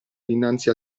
dinanzi